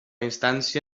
instància